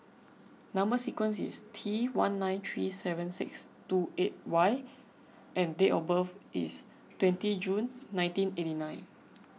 Number Sequence is T one nine three seven six two eight Y and date of birth is twenty June nineteen eighty nine